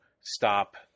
stop